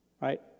right